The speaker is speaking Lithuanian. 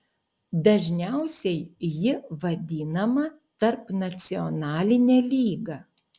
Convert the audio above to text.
dažniausiai ji vadinama tarpnacionaline lyga